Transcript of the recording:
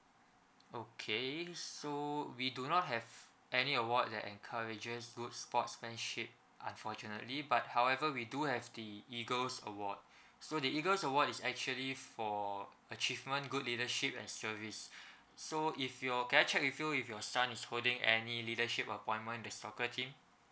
okay so we do not have any award that encourages good sportsmanship unfortunately but however we do have the E_A_G_L_E_S award so the E_A_G_L_E_S award is actually for achievement good leadership and service so if your can I check with you if your son is holding any leadership appointment in the soccer team